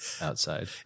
outside